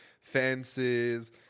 fences